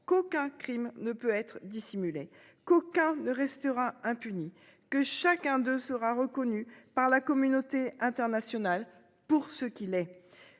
qu'aucun Crime ne peut être dissimulée Coca ne restera impuni, que chacun d'eux sera reconnu par la communauté internationale pour ce qu'il est